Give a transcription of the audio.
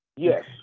Yes